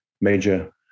major